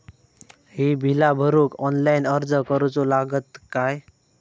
ही बीला भरूक ऑनलाइन अर्ज करूचो लागत काय?